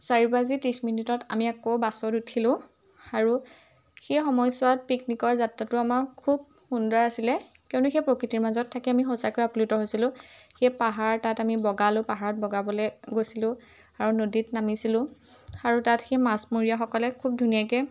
চাৰি বাজি ত্ৰিছ মিনিটত আমি আকৌ বাছত উঠিলোঁ আৰু সেই সময়ছোৱাত পিকনিকৰ যাত্ৰাটো আমাৰ খুব সুন্দৰ আছিলে কিয়নো সেই প্ৰকৃতিৰ মাজত থাকি আমি সঁচাকৈ আপ্লুত হৈছিলোঁ সেই পাহাৰ তাত আমি বগালোঁ পাহাৰত বগাবলে গৈছিলোঁ আৰু নদীত নামিছিলোঁ আৰু তাত সেই মাছমৰীয়াসকলে খুব ধুনীয়াকে